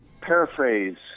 paraphrase